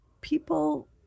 people